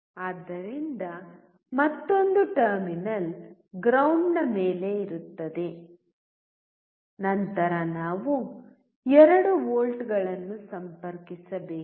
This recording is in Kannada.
ಆದ್ದರಿಂದ ಮತ್ತೊಂದು ಟರ್ಮಿನಲ್ ಗ್ರೌಂಡ್ ನ ಮೇಲೆ ಇರುತ್ತದೆ ನಂತರ ನಾವು 2 ವೋಲ್ಟ್ಗಳನ್ನು ಸಂಪರ್ಕಿಸಬೇಕು